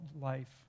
life